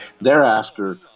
Thereafter